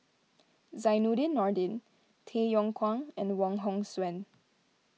Zainudin Nordin Tay Yong Kwang and Wong Hong Suen